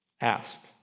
ask